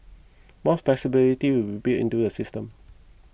more flexibility will be built into the system